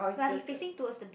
like he facing towards the b~